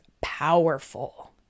powerful